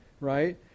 right